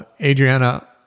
Adriana